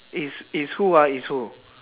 is is who ah is who